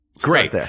great